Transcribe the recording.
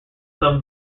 some